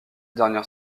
dernières